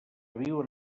viuen